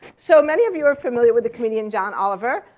so many of you are familiar with the comedian john oliver.